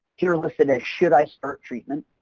here listed as should i start treatment?